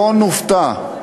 שלא נופתע.